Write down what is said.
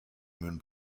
moon